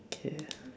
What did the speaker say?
okay